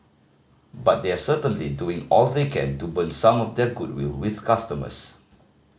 but they're certainly doing all they can to burn some of their goodwill with customers